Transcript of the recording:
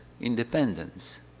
independence